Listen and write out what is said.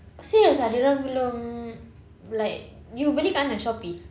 oh serious ah dia orang belum like you beli kat mana Shopee